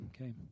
Okay